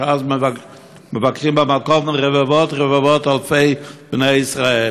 שאז מבקרים במקום רבבות-רבבות אלפי בני ישראל.